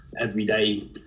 everyday